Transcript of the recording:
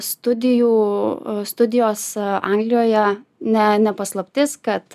studijų studijos anglijoje ne ne paslaptis kad